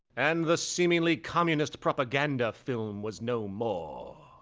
and the seemingly communist propaganda film was no more.